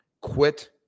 Quit